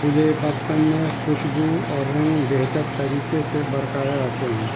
کھلے برتن میں خوشبو اور رنگ بہتر طریقے سے برقرار رہتے ہیں